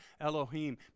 Elohim